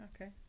okay